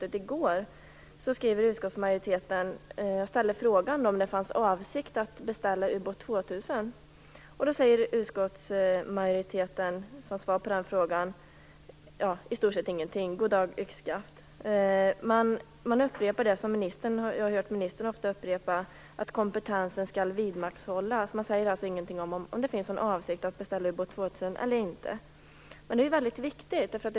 Som svar på den skriver utskottsmajoriteten i försvarsutskottets betänkande om försvarspolitiken, som vi justerade i utskottet i går, i stort sett: God dag - yxskaft. Man upprepar det som man har hört ministern ofta säga, nämligen att kompetensen skall vidmakthållas. Man svarar inte på om det finns någon avsikt att beställa Ubåt 2000 eller inte. Detta är viktigt.